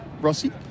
Rossi